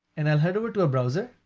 and i'll head over to a browser,